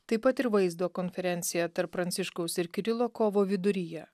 taip pat ir vaizdo konferencija tarp pranciškaus ir kirilo kovo viduryje